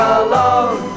alone